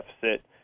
deficit